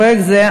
פרויקט זה,